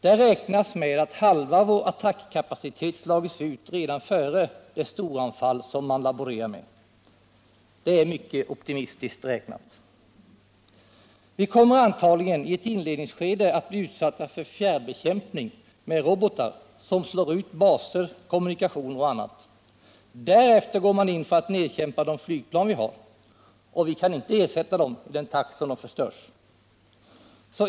Där räknas med att halva vår attackkapacitet har slagits ut redan före det storanfall som man laborerar med. Det är mycket optimistiskt räknat. Vi kommer antagligen i ett inledningsskede att bli utsatta för fjärrbekämpning med robotar som slår ut baser, kommunikationer och annat. Därefter går man in för att nedkämpa de flygplan vi har. Och vi kan inte ersätta dem i den takt som de förstörs.